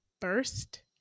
first